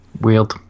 Weird